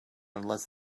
unless